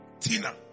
Tina